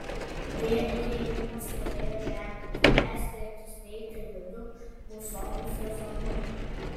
prie įėjimo stovėjo ženklas perspėjantis neiti vidun musonų sezonu